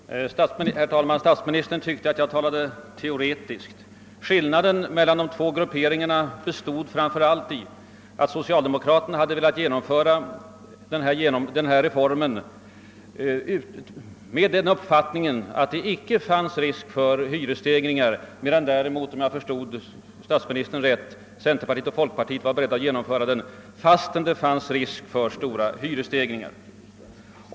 Herr talman! Statsministern tyckte att jag anlade ett teoretiskt betraktelsesätt. Skillnaden mellan de två grupperingarna skulle framför allt bestå i att socialdemokraterna hade velat genomföra reformen med den uppfattningen att det icke fanns risk för hyresstegringar, medan däremot, om jag förstod statsministern rätt, centerpartiet och folkpartiet skulle vara beredda att genomföra den, fastän de bedömde att det förelåg risk för stora hyresstegringar.